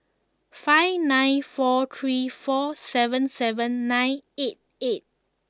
five nine four three four seven seven nine eight eight